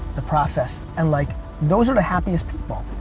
the process. and like those are the happiest people,